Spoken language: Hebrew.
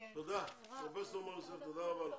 תודה, פרופ' מור יוסף, תודה רבה לך.